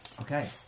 Okay